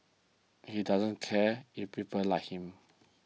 he doesn't care if people like him